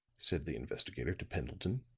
said the investigator to pendleton.